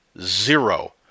Zero